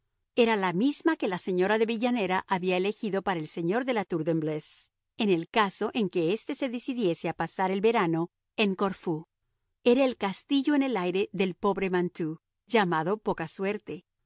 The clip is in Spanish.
era la misma que la señora de villanera había elegido para el señor de la tour de embleuse en el caso en que éste se decidiese a pasar el verano en corfú era el castillo en el aire del pobre mantoux llamado poca suerte